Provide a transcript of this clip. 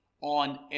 on